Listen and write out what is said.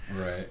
Right